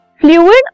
Fluid